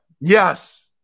Yes